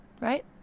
right